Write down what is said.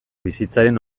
bizitzaren